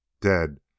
dead